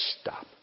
Stop